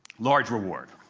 large reward.